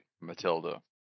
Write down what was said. Matilda